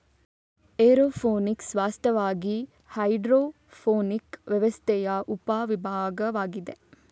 aeroponics ವಾಸ್ತವವಾಗಿ hydroponic ವ್ಯವಸ್ಥೆಯ ಉಪ ವಿಭಾಗವಾಗಿದೆ